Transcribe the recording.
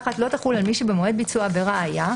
"חריגים תקנה 1 לא תחול על מי שבמועד ביצוע העבירה היה,